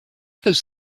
does